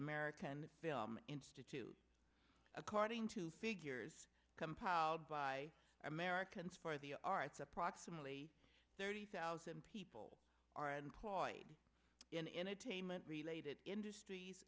american film institute according to figures compiled by americans for the arts approximately thirty thousand people are employed in entertainment related industries